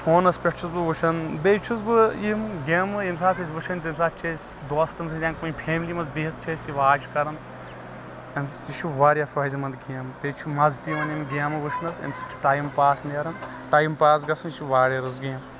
فونس پٮ۪ٹھ چھُس بہٕ وٕچھان بیٚیہِ چھُس بہٕ یِم گیمہٕ ییٚمہِ ساتہٕ أسۍ وٕچھان تَمہِ ساتہٕ چھ أسۍ دوستس سۭتۍ یا کُنہِ فیملی منٛز بِہِتھ چھ أسۍ یہِ واچ کران امہِ سۭتۍ چھ واریاہ فأیدٕ منٛد گیمہٕ بیٚیہِ چھُ مزٕ تہِ یِوان یِمہٕ گیمہٕ وٕچھنس أمہِ سۭتۍ چھُ ٹایم پاس نیران ٹایم پاس گژھان یہِ چھ واریاہ رٕژٕ گیم